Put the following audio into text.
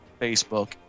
Facebook